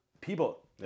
people